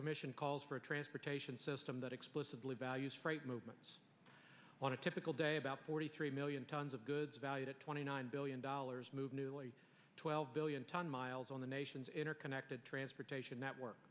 commission calls for a transportation system that explicitly values freight movements on a typical day about forty three million tons of goods valued at twenty nine billion dollars move newly twelve billion tons miles on the nation's interconnected transportation network